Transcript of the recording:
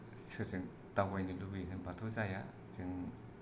सोरजों दावबायनो लुबैयो होनबाथ' जाया जों